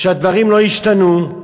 שהדברים לא השתנו.